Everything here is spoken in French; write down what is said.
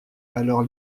alors